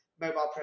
Mobile